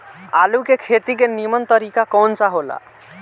आलू के खेती के नीमन तरीका कवन सा हो ला?